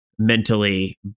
Mentally